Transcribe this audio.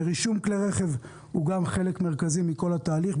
רישום כלי רכב הוא גם חלק מרכזי בכל התהליך.